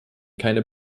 keine